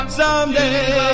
someday